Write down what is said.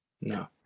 No